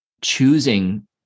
choosing